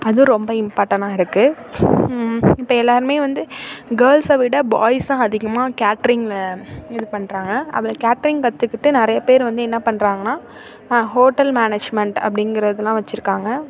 அது ரொம்ப இம்பார்ட்டனா இருக்குது இப்போ எல்லாருமே வந்து கேர்ள்ஸை விட பாய்ஸ் தான் அதிகமாக கேட்ரிங்கில் இது பண்ணுறாங்க அதில் கேட்ரிங் கத்துக்கிட்டு நிறையா பேர் வந்து என்ன பண்ணுறாங்கனா ஹோட்டல் மேனேஜ்மெண்ட் அப்படிங்கிறதெல்லாம் வச்சிருக்காங்க